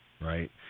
right